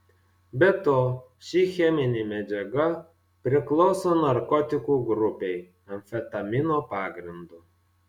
be to ši cheminė medžiaga priklauso narkotikų grupei amfetamino pagrindu